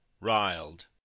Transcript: riled